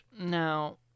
Now